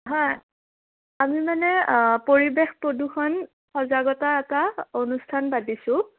হয় আমি মানে পৰিৱেশ প্ৰদূষণ সজাগতা এটা অনুষ্ঠান পাতিছোঁ